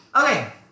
Okay